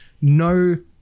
no